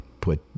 put